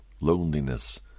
Loneliness